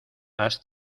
has